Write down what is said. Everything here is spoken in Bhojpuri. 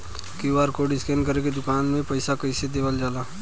क्यू.आर कोड स्कैन करके दुकान में पईसा कइसे देल जाला?